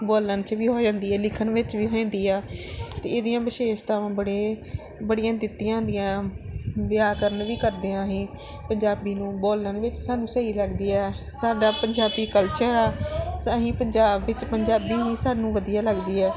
ਬੋਲਣ 'ਚ ਵੀ ਹੋ ਜਾਂਦੀ ਹੈ ਲਿਖਣ ਵਿੱਚ ਵੀ ਹੋ ਜਾਂਦੀ ਆ ਅਤੇ ਇਹਦੀਆਂ ਵਿਸ਼ੇਸ਼ਤਾਵਾਂ ਬੜੇ ਬੜੀਆਂ ਦਿੱਤੀਆਂ ਹੁੰਦੀਆਂ ਵਿਆਕਰਨ ਵੀ ਕਰਦੇ ਹਾਂ ਅਸੀਂ ਪੰਜਾਬੀ ਨੂੰ ਬੋਲਣ ਵਿੱਚ ਸਾਨੂੰ ਸਹੀ ਲੱਗਦੀ ਹੈ ਸਾਡਾ ਪੰਜਾਬੀ ਕਲਚਰ ਆ ਅਸੀਂ ਪੰਜਾਬ ਵਿੱਚ ਪੰਜਾਬੀ ਹੀ ਸਾਨੂੰ ਵਧੀਆ ਲੱਗਦੀ ਹੈ